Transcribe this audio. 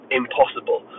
impossible